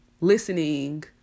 listening